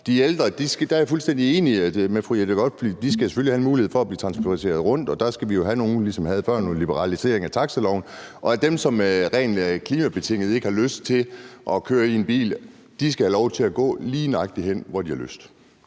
de ældre er jeg fuldstændig enig med fru Jette Gottlieb i, at de selvfølgelig skal have mulighed for at blive transporteret rundt, og der skal vi jo have noget af det, vi talte om før, nemlig en liberalisering af taxiloven. Og dem, som af klimabetingede grunde ikke har lyst til at køre i en bil, skal have lov til at gå lige nøjagtig derhen, hvor de har lyst.